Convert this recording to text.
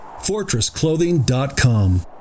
FortressClothing.com